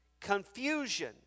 confusion